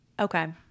Okay